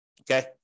Okay